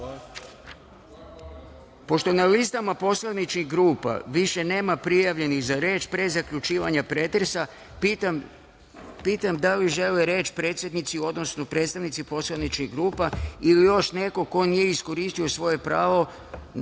dalje. Pošto na listama poslaničkih grupa više nema prijavljenih za reč pre zaključivanja pretresa pitam da li žele reč predsednici, odnosno predstavnici poslaničkih grupa ili još neko ko nije iskoristio svoje pravo iz člana